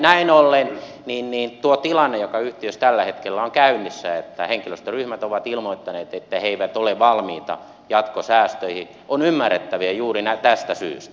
näin ollen tuo tilanne joka yhtiössä tällä hetkellä on käynnissä henkilöstöryhmät ovat ilmoittaneet että he eivät ole valmiita jatkosäästöihin on ymmärrettävä juuri tästä syystä